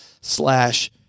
slash